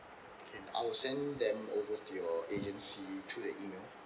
and I will send them over to your agency through the email